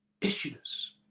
issues